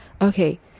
okay